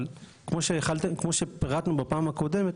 אבל כמו שפירטנו בפעם הקודמת,